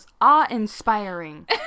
awe-inspiring